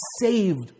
saved